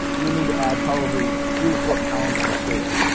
you need to add probably three, four pounds of material.